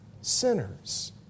sinners